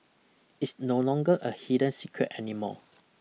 it's no longer a hidden secret anymore